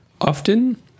Often